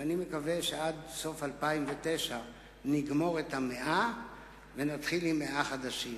ואני מקווה שעד סוף 2009 נגמור את 100 המתקנים ונתחיל עם 100 חדשים.